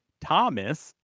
Thomas